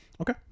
Okay